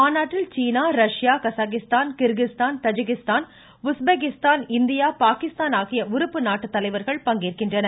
மாநாட்டில் சீனா ரஷ்யா கஸகிஸ்தான் கிர்கிஸ்தான் இந்த தஜிகிஸ்தான் உஷ்பெகிஸ்தான் இந்தியா பாகிஸ்தான் ஆகிய உறுப்பு நாட்டுத் தலைவர்கள் பங்கேற்கின்றனர்